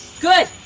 good